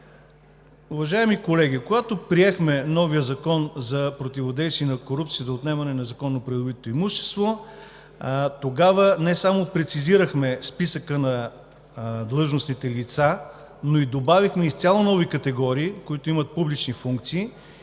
Уважаеми колеги, когато приехме новия Закон за противодействие на корупцията и отнемане на незаконно придобитото имущество, тогава не само прецизирахме списъка на длъжностните лица, но и добавихме изцяло нови категории, които имат публични функции